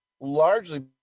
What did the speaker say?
largely